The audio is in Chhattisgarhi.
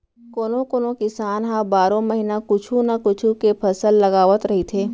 कोनो कोनो किसान ह बारो महिना कुछू न कुछू के फसल लगावत रहिथे